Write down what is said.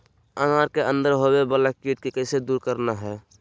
अनार के अंदर होवे वाला कीट के कैसे दूर करना है?